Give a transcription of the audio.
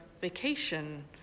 vacation